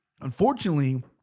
Unfortunately